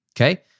Okay